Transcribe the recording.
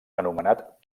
anomenat